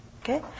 Okay